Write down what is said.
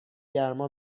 گرما